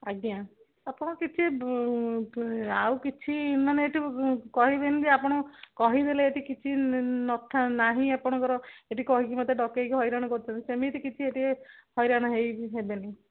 ଆଜ୍ଞା ଆପଣ କିଛି ଆଉ କିଛି ମାନେ ଏଠି କହିବେନି ଯେ ଆପଣ କହିଦେଲେ ଏଠି କିଛି ନଥା ନାହିଁ ଆପଣଙ୍କର ଏଠି କହିକି ମୋତେ ଡକେଇକି ହଇରାଣ କରୁଛନ୍ତି ସେମିତି କିଛି ଏଠି ହଇରାଣ ହେଇ ହେବେନି